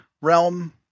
realm